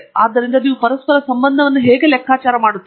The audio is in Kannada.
ಆದ್ದರಿಂದ ನೀವು ಪರಸ್ಪರ ಸಂಬಂಧವನ್ನು ಹೇಗೆ ಲೆಕ್ಕಾಚಾರ ಮಾಡುತ್ತೀರಿ